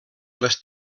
les